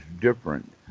different